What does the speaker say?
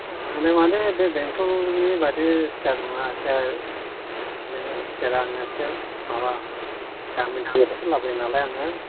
आंनिया माने बेंथलनि बादि सियार नङा एखे बे सियारा आंनिया इसे माबा दामिखौसो लाबोयो नालाय आङो